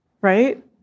right